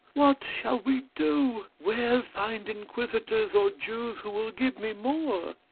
what shall we do? where find inquisitors or jews who will give me more?